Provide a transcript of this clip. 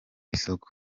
isoko